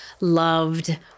loved